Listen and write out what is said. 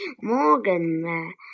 Morgan